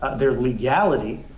their legality,